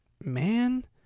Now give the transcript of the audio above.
man